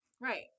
Right